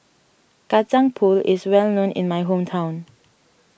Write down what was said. Kacang Pool is well known in my hometown